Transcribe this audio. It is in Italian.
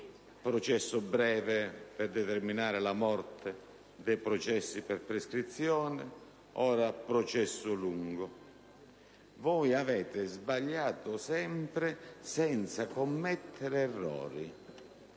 "processo breve" per determinare la morte dei processi per prescrizione e ora il "processo lungo". Voi avete sbagliato sempre, senza commettere errori: